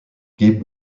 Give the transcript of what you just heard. gibb